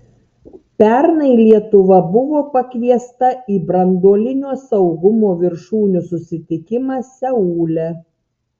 pernai lietuva buvo pakviesta į branduolinio saugumo viršūnių susitikimą seule